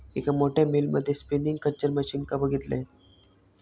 एक मोठ्या मिल मध्ये स्पिनींग खच्चर मशीनका बघितलंय